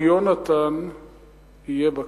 אבל יונתן יהיה בכלא.